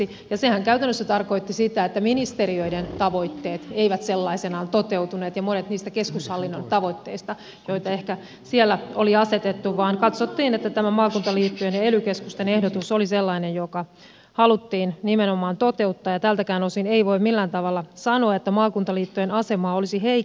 sehän käytännössä tarkoitti sitä että ministeriöiden tavoitteet eivät sellaisenaan toteutuneet eivätkä monet niistä keskushallinnon tavoitteista joita siellä ehkä oli asetettu vaan katsottiin että tämä maakuntaliittojen ja ely keskusten ehdotus oli sellainen joka haluttiin nimenomaan toteuttaa ja tältäkään osin ei voi millään tavalla sanoa että maakuntaliittojen asemaa olisi heikennetty